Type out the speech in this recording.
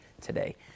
today